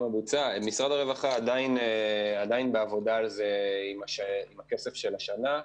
משרד הרווחה עדיין בעבודה על זה עם הכסף של השנה.